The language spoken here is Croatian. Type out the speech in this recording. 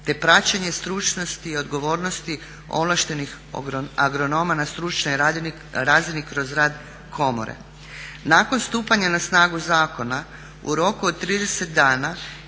te praćenja stručnosti i odgovornosti ovlaštenih agronoma na stručnoj razini kroz rad komore. Nakon stupanja na snagu zakona u roku od 30 dana